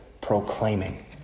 proclaiming